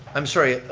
i'm sorry,